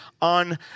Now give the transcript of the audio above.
on